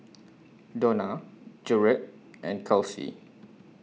Dona Jaret and Kelsi